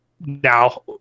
Now